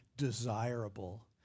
desirable